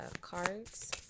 cards